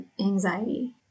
anxiety